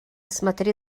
смотри